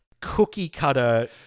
cookie-cutter